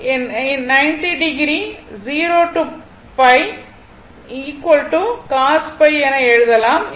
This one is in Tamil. எனவே 90 o θπ cos என எழுதலாம்